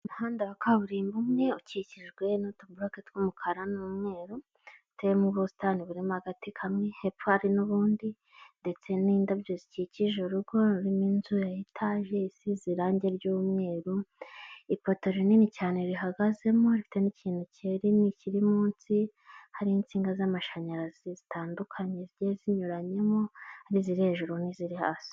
Umuhanda wa kaburimbo umwe, ukiijwe n'utu buroke tw'umukara n'umweru, uteyemo ubusitani burimo agati kamwe hepfo hari n'ubundi ndetse n'ibyabyo zikikije urugo rurimo inzu ya etaje isize irange ry'umweru. Ipoto rinini cyane rihagazemo rifite n'ikintu cyerini kiri munsi hariho insinga z'amashanyarazi zitandukanye zigiye zinyuranyemo, ari iziri hejuru n'iziri hasi.